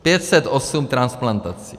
508 transplantací.